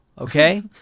okay